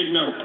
no